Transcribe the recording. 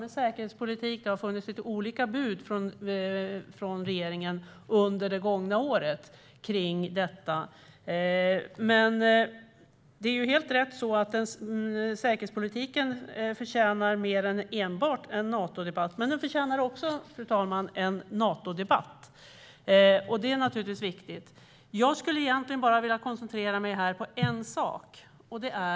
Det har varit lite olika bud om detta från regeringen under det gångna året. Det är helt rätt att säkerhetspolitiken förtjänar mer än enbart en Natodebatt. Men den förtjänar också en Natodebatt. Det är viktigt. Jag vill koncentrera mig på en sak.